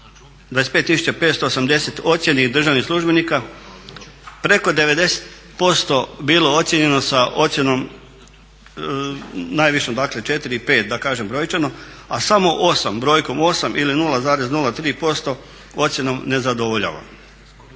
25580 ocijenjenih državnih službenika preko 90% bilo ocijenjeno sa ocjenom najvišom, dakle 4 i 5 da kažem brojčano, a samo 8, brojkom 8 ili 0,03% ocjenom ne zadovoljava.